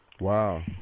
Wow